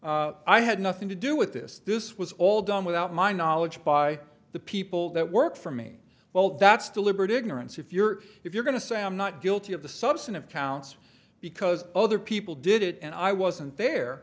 say i had nothing to do with this this was all done without my knowledge by the people that work for me well that's deliberate ignorance if you're if you're going to say i'm not guilty of the substantive counts because other people did it and i wasn't there